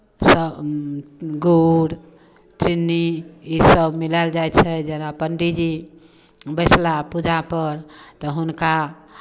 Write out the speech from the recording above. सभ गुड़ चीनी इसभ मिलायल जाइ छै जेना पण्डीजी बैसलाह पूजापर तऽ हुनका